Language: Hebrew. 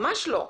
ממש לא.